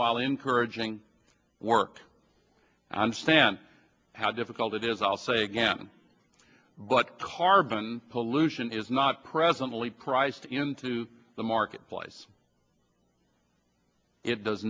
while encouraging work i understand how difficult it is i'll say again but carbon pollution is not presently priced into the marketplace it does